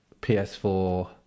PS4